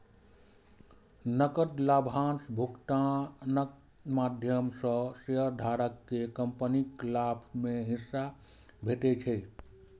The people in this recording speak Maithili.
नकद लाभांश भुगतानक माध्यम सं शेयरधारक कें कंपनीक लाभ मे हिस्सा भेटै छै